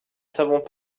savons